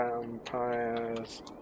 Vampires